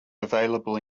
available